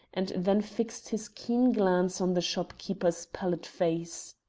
and then fixed his keen glance on the shopkeeper's pallid face.